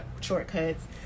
shortcuts